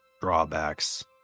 drawbacks